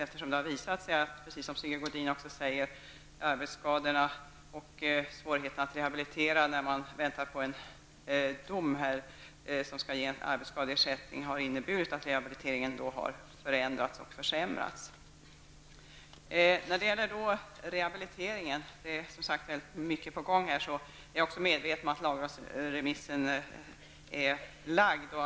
Det har nämligen visat sig, precis som Sigge Godin sade, att rehabiliteringen vid arbetsskador har förändrats och försämrats när man skall vänta på en dom som ger arbetsskadeersättning. När det gäller rehabilitering -- det är som sagt mycket på gång -- är jag medveten om att lagrådsremissen har lagts fram.